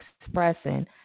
expressing